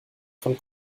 von